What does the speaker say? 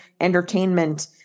entertainment